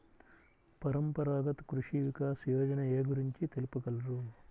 పరంపరాగత్ కృషి వికాస్ యోజన ఏ గురించి తెలుపగలరు?